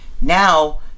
Now